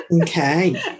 Okay